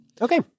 okay